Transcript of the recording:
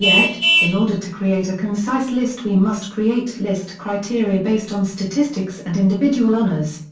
yet, in order to create a concise list we must create list criteria based on statistics and individual honors.